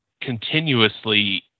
continuously